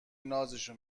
نازشو